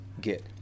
get